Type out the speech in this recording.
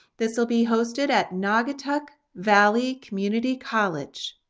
this will be hosted at naugatuck valley community college.